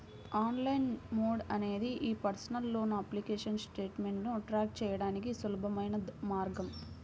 online mode అనేది మీ personal loan application స్టేటస్ను ట్రాక్ చేయడానికి సులభమైన మార్గం